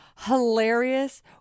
Hilarious